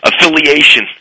affiliation